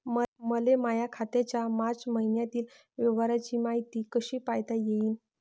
मले माया खात्याच्या मार्च मईन्यातील व्यवहाराची मायती कशी पायता येईन?